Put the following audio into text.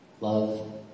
love